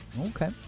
Okay